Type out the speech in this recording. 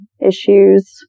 issues